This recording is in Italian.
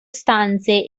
stanze